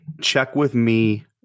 check-with-me